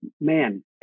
man